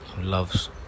loves